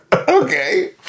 Okay